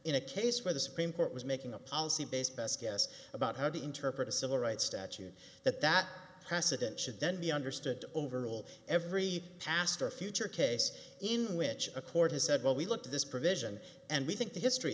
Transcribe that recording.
in a case where the supreme court was making a policy based best guess about how to interpret a civil rights statute that that precedent should then be understood overrule every past or future case in which a court has said well we looked at this provision and we think the history